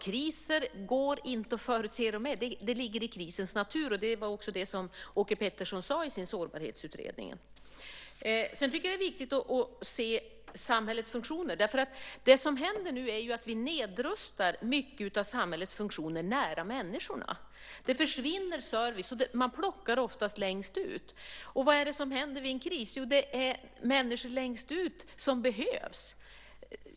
Kriser går inte att förutse. Det ligger i krisens natur. Det sade också Åke Pettersson i sin sårbarhetsutredning. Jag tycker att det är viktigt att se samhällets funktioner. Nu nedrustar vi mycket av samhällets funktioner nära människorna. Service försvinner. Man plockar oftast längst ut. Vad händer vid en kris? Jo, det är människor längst ut som behövs.